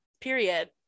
Period